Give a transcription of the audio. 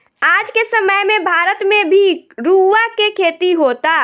आज के समय में भारत में भी रुआ के खेती होता